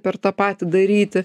per tą patį daryti